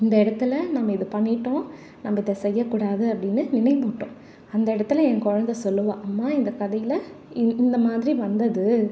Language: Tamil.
இந்த இடத்துல நம்ம இதை பண்ணிவிட்டோம் நம்ம இதை செய்யக்கூடாது அப்படின்னு நினைவூட்டும் அந்த இடத்துல என் குழந்த சொல்லுவாள் அம்மா இந்த கதையில் இ இந்த மாதிரி வந்தது